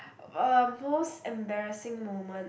uh most embarrassing moment